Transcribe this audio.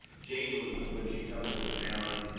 jane, when when she comes into town,